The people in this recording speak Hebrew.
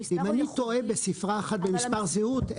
אם אני טועה בספרה אחת במספר זהות,